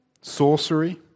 sorcery